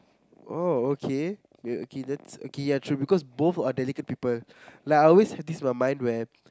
oh okay wait okay let's okay ya true because both are delicate people like I always practise my mind where